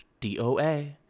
DOA